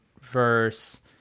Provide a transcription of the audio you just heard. verse